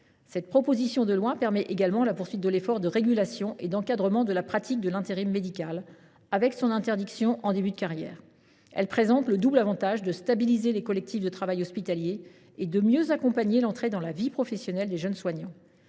Cette proposition de loi permet également la poursuite de l’effort de régulation et d’encadrement de la pratique de l’intérim médical, désormais interdit en début de carrière. Elle présente le double avantage de stabiliser les collectifs de travail hospitaliers et de mieux accompagner l’entrée dans la vie professionnelle des jeunes soignants.